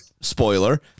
Spoiler